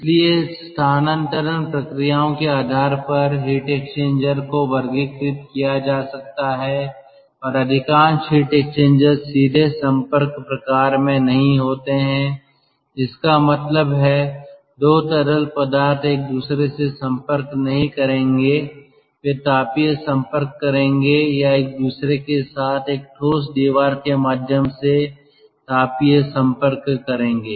इसलिए स्थानांतरण प्रक्रियाओं के आधार पर हीट एक्सचेंजर को वर्गीकृत किया जा सकता है और अधिकांश हीट एक्सचेंजर्स सीधे संपर्क प्रकार में नहीं होते हैं इसका मतलब है 2 तरल पदार्थ एक दूसरे से संपर्क नहीं करेंगे वे तापीय संपर्क करेंगे या एक दूसरे के साथ एक ठोस दीवार के माध्यम से तापीय संपर्क करेंगे